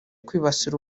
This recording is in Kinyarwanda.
kwibasira